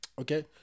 Okay